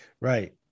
right